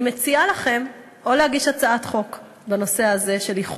אני מציעה לכם להגיש הצעת חוק של איחוד.